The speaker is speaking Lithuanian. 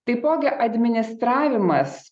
taipogi administravimas